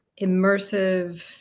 immersive